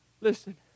Listen